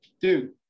dude